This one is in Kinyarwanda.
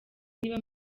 niba